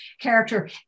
character